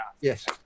yes